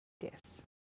Yes